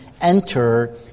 enter